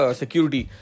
security